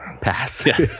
pass